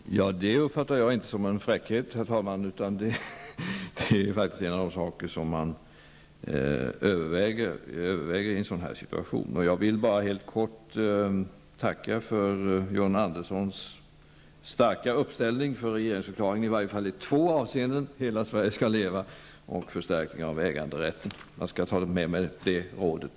Herr talman! Det uppfattar jag inte som en fräckhet, utan det är faktiskt en av de saker man överväger i en sådan här situation. Jag vill helt kort tacka för att John Andersson så starkt ställer upp för regeringsförklaringen åtminstone i två avseenden: hela Sverige skall leva och förstärkning av äganderätten. Jag skall även ta med mig det rådet.